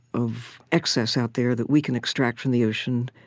of excess out there that we can extract from the ocean,